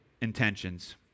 intentions